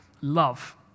love